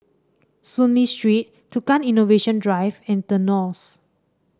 Soon Lee Street Tukang Innovation Drive and The Knolls